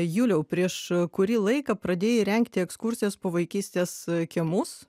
juliau prieš kurį laiką pradėjai rengti ekskursijas po vaikystės kiemus